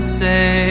say